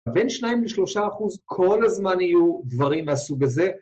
בין שניים לשלושה אחוז, כל הזמן יהיו דברים מהסוג הזה